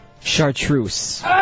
Chartreuse